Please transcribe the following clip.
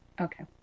Okay